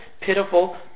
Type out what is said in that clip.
pitiful